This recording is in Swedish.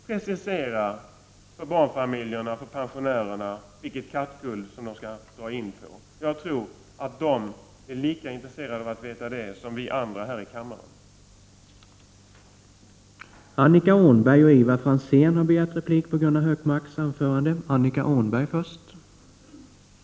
Precisera för barnfamiljerna och för pensionärerna vilket kattguld de skall dra in på! Jag tror att de är lika intresserade av att veta det som vi här i kammaren är.